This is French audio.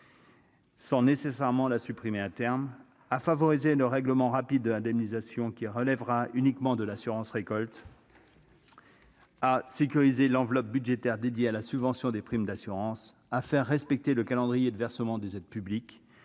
sans nécessairement la supprimer à terme ; à favoriser le règlement rapide de l'indemnisation, qui relèvera uniquement de l'assurance récolte ; à sécuriser l'enveloppe budgétaire dédiée à la subvention des primes d'assurance ; à faire respecter le calendrier de versement des aides publiques